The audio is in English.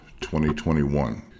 2021